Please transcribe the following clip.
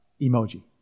emoji